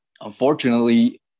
unfortunately